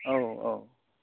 औ औ